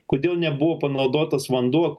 kodėl nebuvo panaudotas vanduo